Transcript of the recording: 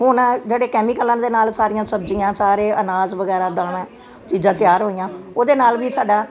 ਹੁਣ ਜਿਹੜੇ ਕੈਮੀਕਲਾਂ ਦੇ ਨਾਲ ਸਾਰੀਆਂ ਸਬਜੀਆਂ ਸਾਰੇ ਅਨਾਜ ਵਗੈਰਾ ਦਾਣਾ ਚੀਜ਼ਾਂ ਤਿਆਰ ਹੋਈਆਂ ਉਹਦੇ ਨਾਲ ਵੀ ਸਾਡਾ